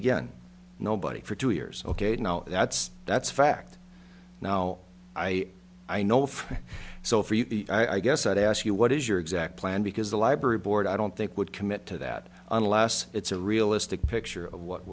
again nobody for two years ok now that's that's a fact now i i know if so for you i guess i'd ask you what is your exact plan because the library board i don't think would commit to that unless it's a realistic picture of what